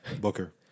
Booker